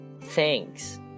thanks